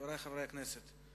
חברי חברי הכנסת,